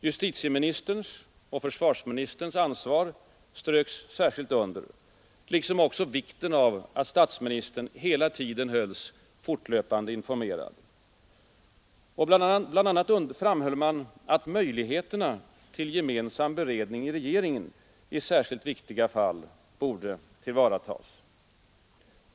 Justitieministerns och försvarsministerns ansvar ströks särskilt under liksom vikten av att statsministern hela tiden hölls fortlöpande informerad. Bland annat framhöll man att möjligheterna till gemensam beredning i regeringen i särskilt viktiga fall borde tillvaratas.